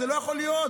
זה לא יכול להיות,